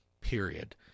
period